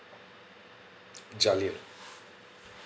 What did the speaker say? jaleo